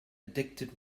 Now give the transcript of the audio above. addicted